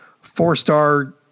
four-star